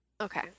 Okay